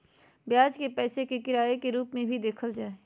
ब्याज के पैसे के किराए के रूप में भी देखल जा हइ